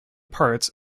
parts